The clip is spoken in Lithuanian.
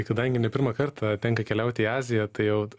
kadangi ne pirmą kartą tenka keliauti į aziją tai jau